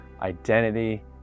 identity